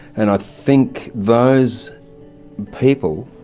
and i think those people